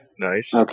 Nice